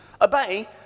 Obey